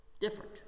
different